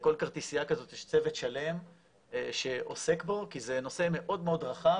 לכל כרטיסיה כזאת יש צוות שלם שעוסק בו כי זה נושא מאוד רחב.